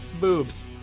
boobs